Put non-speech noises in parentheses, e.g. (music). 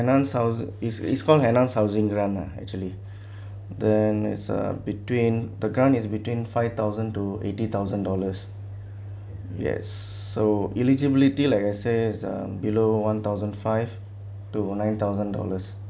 (breath) enhanced house is is called enhanced housing grant ah actually then is a between the ground is between five thousand to eighty thousand dollars yes so eligibility like I say um below one thousand five to nine thousand dollars